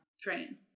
train